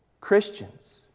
Christians